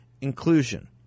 Inclusion